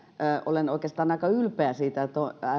olen oikeastaan aika ylpeä siitä että